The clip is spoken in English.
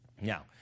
Now